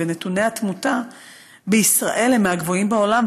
ונתוני התמותה בישראל הם מהגבוהים בעולם,